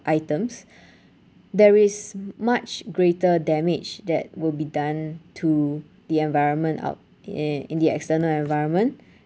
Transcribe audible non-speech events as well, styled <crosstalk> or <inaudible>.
items <breath> there is much greater damage that will be done to the environment out in in the external environment